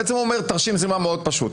בעצם הוא אומר תרשים זרימה מאוד פשוט.